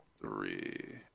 three